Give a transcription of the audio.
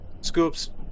Scoops